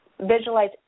visualize